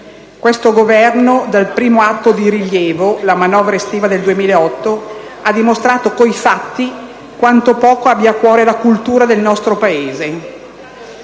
Questo Governo, dal primo atto di rilievo - la manovra estiva del 2008 - ha dimostrato con i fatti quanto poco abbia a cuore la cultura del nostro Paese